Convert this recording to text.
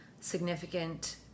significant